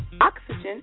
oxygen